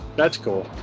that's cool.